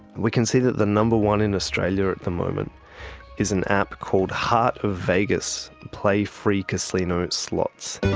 we can see that the number one in australia at the moment is an app called heart of vegas play free casino slots.